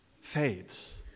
fades